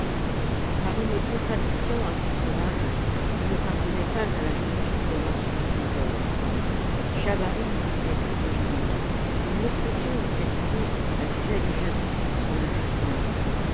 par une contradiction inconcevable il ne pardonnait pas à la jeune fille d'avoir suivi ses ordres schahabarim avait tout deviné et l'obsession de cette idée avivait les jalousies de son impuissance